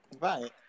Right